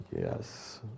Yes